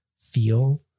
feel